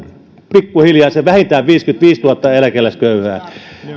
pikkuhiljaa se vähintään viisikymmentäviisituhatta eläkeläisköyhää